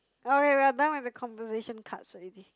okay we are done with the conversation cards already